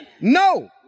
No